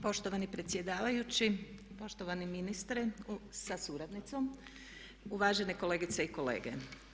Poštovani predsjedavajući, poštovani ministre sa suradnicom, uvažene kolegice i kolege.